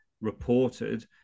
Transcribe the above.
reported